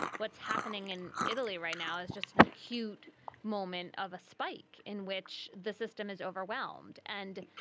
what's happening in italy right now is just an acute moment of a spike in which the system is overwhelmed. and,